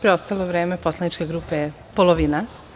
Preostalo vreme poslaničke grupe je polovina.